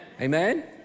Amen